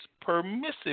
permissive